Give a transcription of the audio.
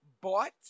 bought